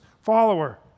follower